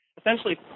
essentially